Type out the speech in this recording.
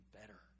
better